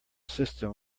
system